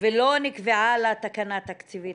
ולא נקבעה לה תקנה תקציבית.